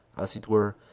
as it were.